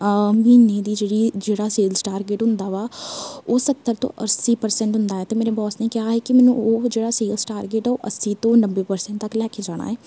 ਆਹ ਮਹੀਨੇ ਦੀ ਜਿਹੜੀ ਜਿਹੜਾ ਸੇਲਜ਼ ਟਾਰਗੇਟ ਹੁੰਦਾ ਵਾ ਉਹ ਸੱਤਰ ਤੋਂ ਅੱਸੀ ਪਰਸੈਂਟ ਹੁੰਦਾ ਹੈ ਅਤੇ ਮੇਰੇ ਬੋਸ ਨੇ ਕਿਹਾ ਹੈ ਕਿ ਮੈਨੂੰ ਉਹ ਜਿਹੜਾ ਸੀਗਾ ਟਾਰਗੇਟ ਆ ਉਹ ਅੱਸੀ ਤੋਂ ਨੱਬੇ ਪਰਸੈਂਟ ਤੱਕ ਲੈ ਕੇ ਜਾਣਾ ਹੈ